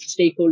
stakeholders